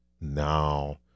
Now